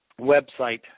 website